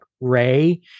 Ray